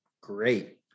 Great